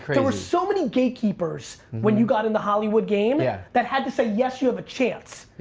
there were so many gatekeepers when you got in the hollywood game yeah that had to say, yes, you have a chance.